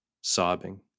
sobbing